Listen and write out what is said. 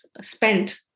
spent